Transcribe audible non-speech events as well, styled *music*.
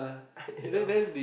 *laughs* ya